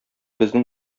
безнең